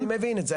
אני מבין את זה,